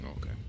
Okay